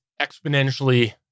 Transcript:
exponentially